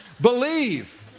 Believe